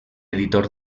editor